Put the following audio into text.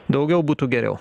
daugiau būtų geriau